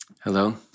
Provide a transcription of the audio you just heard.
Hello